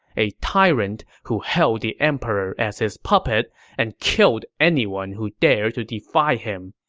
a tyrant who held the emperor as his puppet and killed anyone who dared to defy him,